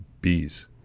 bees